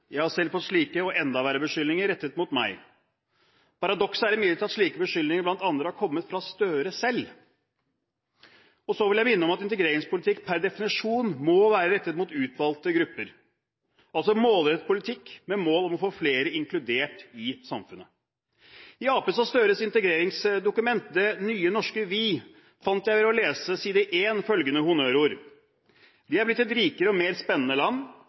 jeg har selv fått slike, og enda verre, beskyldninger rettet mot meg. Paradokset er imidlertid at slike beskyldninger har kommet fra bl.a. Støre selv. Og så vil jeg minne om at integreringspolitikk per definisjon må være rettet mot utvalgte grupper – en målrettet politikk med mål om å få flere inkludert i samfunnet. I Arbeiderpartiet og Støres integreringsdokument – Det nye norske vi – fant jeg på side 1 følgende honnørord: Vi er blitt et rikere og mer spennende land,